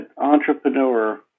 entrepreneur